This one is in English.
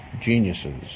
geniuses